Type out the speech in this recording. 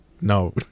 No